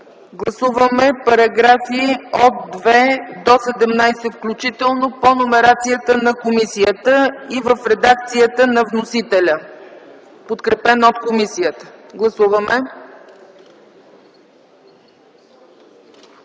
Гласуваме параграфи от 2 до 17 включително по номерацията на комисията и в редакцията на вносителя, подкрепена от комисията. Гласуваме!